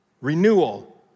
renewal